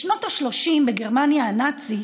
בשנות השלושים בגרמניה הנאצית